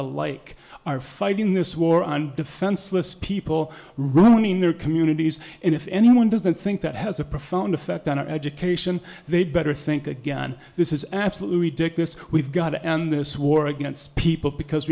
alike are fighting this war on defenseless people ruining their communities and if anyone doesn't think that has a profound effect on our education they'd better think again this is absolutely ridiculous we've got to end this war against people because